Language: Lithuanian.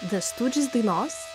ve studžis dainos